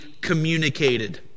communicated